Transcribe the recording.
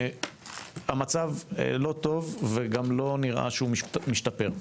המצב לא טוב וגם לא נראה שהוא משתפר.